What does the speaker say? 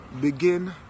begin